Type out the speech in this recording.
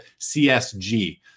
CSG